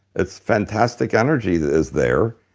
it's fantastic energy that is there.